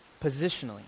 positionally